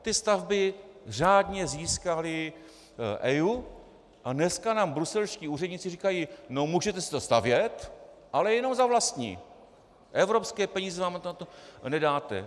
Ty stavby řádně získaly EIA a dneska nám bruselští úředníci říkají: No, můžete si to stavět, ale jenom za vlastní, evropské peníze nám na to nedáme.